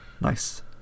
nice